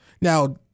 Now